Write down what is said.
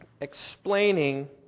explaining